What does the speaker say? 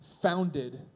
founded